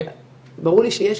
ברור לי שיש,